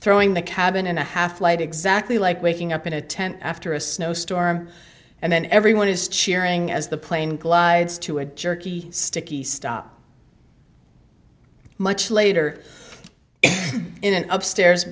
throwing the cabin and a half light exactly like waking up in a tent after a snowstorm and then everyone is cheering as the plane glides to a jerky sticky stop much later in an upstairs